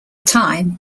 time